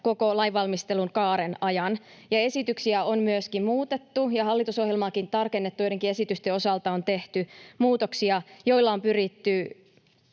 koko lainvalmistelun kaaren ajan. Esityksiä on myöskin muutettu ja hallitusohjelmaakin tarkennettu. Joidenkin esitysten osalta on tehty muutoksia, joilla on pyritty